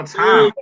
time